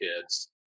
kids